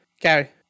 Gary